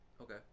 okay